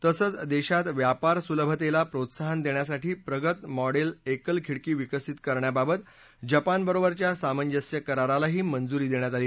तसंच देशात व्यापार सुलभतेला प्रोत्साहन देण्यासाठी प्रगत मॉडेल एकल खिडकी विकसित करण्याबाबत जपानबरोबरच्या सामंजस्य करारालाही मंजुरी देण्यात आली